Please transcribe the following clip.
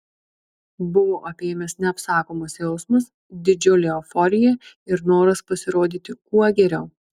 buvo apėmęs neapsakomas jausmas didžiulė euforija ir noras pasirodyti kuo geriau